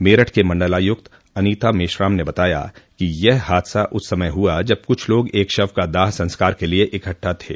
मेरठ की मंडलायुक्त अनीता मेश्राम ने बताया कि यह हादसा उस समय हुआ जब कुछ लोग एक शव का दाह संस्कार के लिए इकट्ठे थे